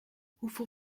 hoeveel